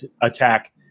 attack